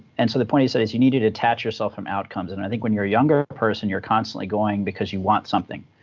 and so the point, he said, is you need to detach yourself from outcomes. and i think when you're a younger person, you're constantly going because you want something.